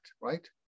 right